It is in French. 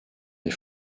les